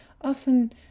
often